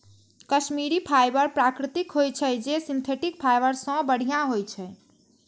Kashmiri fibre प्राकृतिक होइ छै, जे सिंथेटिक फाइबर सं बढ़िया होइ छै